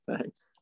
thanks